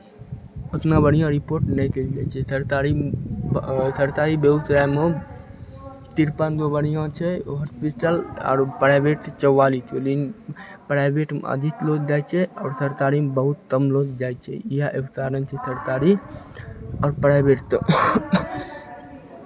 ओतना बढ़िआँ रिपोर्ट नहि देल जाइ छै सरतारीमे सरतारी बेगुसरायमे तिरपन गो बढ़िआँ छै हॉस्पिटल आओर प्राइवेट छै चौआलिस गो लेतिन प्राइवेटमे अधित लोद दाइ छै आओर सरतारीमे बहुत तम लोद दाइ छै इएह एगो तारण छै सरतारी आओर प्राइवेटते